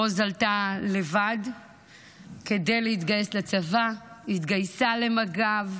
רוז עלתה לבד כדי להתגייס לצבא, התגייסה למג"ב,